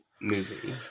movie